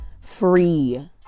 Free